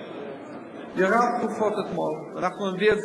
זבולון, אדוני,